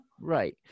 Right